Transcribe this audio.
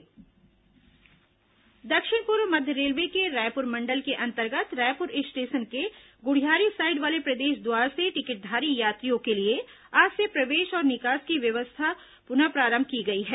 Raipur station प्रवेश द्वार दक्षिण पूर्व मध्य रेलवे के रायपुर मंडल के अंतर्गत रायपुर स्टेशन के गुढ़ियारी साइड वाले प्रवेश द्वार से टिकटधारी यात्रियों के लिए आज से प्रवेश और निकास की सुविधा पुनः प्रारंभ की गई है